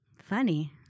Funny